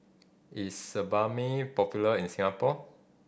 is Sebamed popular in Singapore